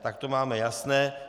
Tak to máme jasné.